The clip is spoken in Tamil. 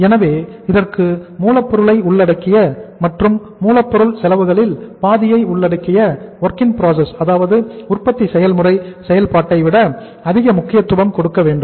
எனவே இதற்கு மூலப்பொருளை உள்ளடக்கிய மற்றும் மூலப்பொருள் செலவுகளில் பாதியை உள்ளடக்கிய வொர்க் இன் ப்ராசஸ் அதாவது உற்பத்தி செயல்முறை செயல்பாட்டை விட அதிக முக்கியத்துவம் கொடுக்க வேண்டும்